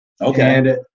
Okay